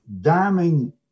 damning